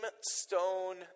stone